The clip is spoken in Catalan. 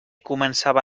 començava